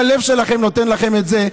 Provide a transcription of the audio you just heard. אם הלב שלכם נותן לכם את זה,